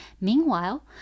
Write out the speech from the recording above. Meanwhile